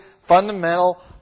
fundamental